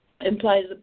implies